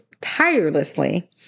tirelessly